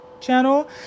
channel